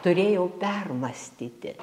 turėjau permąstyti